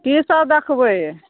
की सब देखबै